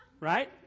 right